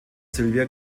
sylvia